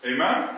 Amen